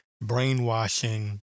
brainwashing